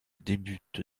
débute